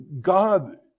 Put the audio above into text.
God